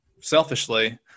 selfishly